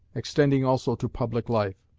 extending also to public life.